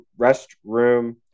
restroom